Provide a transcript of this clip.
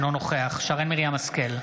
אינו נוכח שרן מרים השכל,